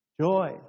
joy